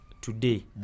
today